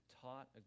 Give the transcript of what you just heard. taught